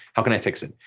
how can i fix it?